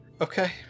Okay